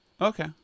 okay